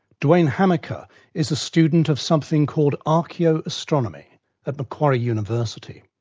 duane hamacher is a student of something called archaeoastronomy at macquarie university.